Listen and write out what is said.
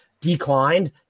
declined